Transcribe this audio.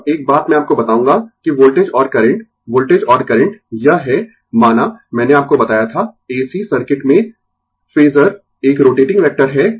अब एक बात मैं आपको बताऊंगा कि वोल्टेज और करंट वोल्टेज और करंट यह है I माना मैंने आपको बताया था ac सर्किट में फेजर एक रोटेटिंग वेक्टर है